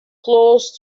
close